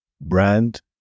brand